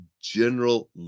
general